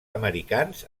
americans